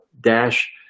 dash